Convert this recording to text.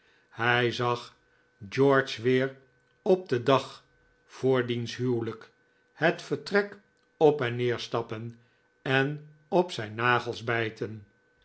hij zag george weer op den dag voor diens huwelijk het vertrek op en neer stappen en op zijn nagels bijten